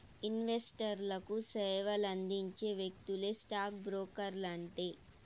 ఇన్వెస్టర్లకు సేవలందించే వ్యక్తులే స్టాక్ బ్రోకర్లంటే